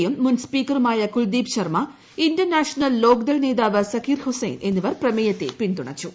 യും മുൻസ്പീക്കറുമായ Kuldeep Sharma Indian National Lok Dal നേതാവ് സക്കീർ ഹുസൈൻ എന്നിവർ പ്രമേയത്തെ പിന്തുണച്ചു